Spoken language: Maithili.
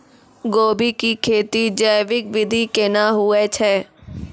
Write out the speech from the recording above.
गोभी की खेती जैविक विधि केना हुए छ?